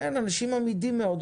אנשים אמידים מאוד.